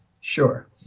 sure